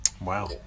Wow